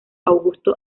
augusto